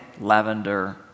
lavender